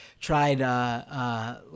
tried